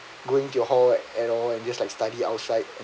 going to your hall at all and just like study outside